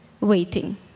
waiting